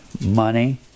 money